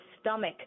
stomach